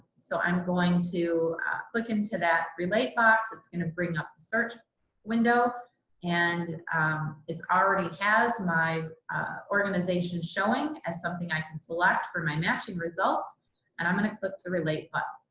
so i'm going to click into that relate box. it's going to bring up the search window and it's already has my organization showing as something i can select for my matching results and i'm going to click the relate button